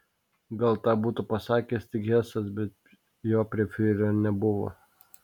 gal tą būtų pasakęs tik hesas bet jo prie fiurerio nebuvo